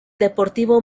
deportivo